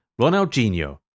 Ronaldinho